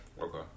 Okay